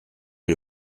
est